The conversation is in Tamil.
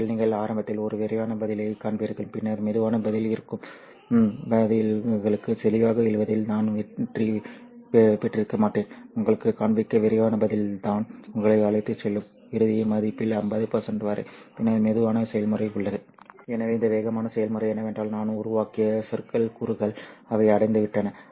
உண்மையில் நீங்கள் ஆரம்பத்தில் ஒரு விரைவான பதிலைக் காண்பீர்கள் பின்னர் மெதுவான பதில் இருக்கும் சரி பதில்களுக்கு தெளிவாக எழுதுவதில் நான் வெற்றி பெற்றிருக்க மாட்டேன் உங்களுக்குக் காண்பிக்க விரைவான பதில்தான் உங்களை அழைத்துச் செல்லும் இறுதி மதிப்பில் 50 வரை பின்னர் மெதுவான செயல்முறை உள்ளது எனவே இந்த வேகமான செயல்முறை என்னவென்றால் நான் உருவாக்கிய சறுக்கல் கூறுகள் அவை அடைந்துவிட்டன